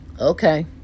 Okay